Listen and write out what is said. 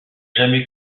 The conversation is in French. jamais